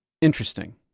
Interesting